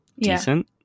decent